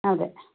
അതെ